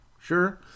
sure